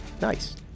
Nice